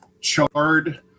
charred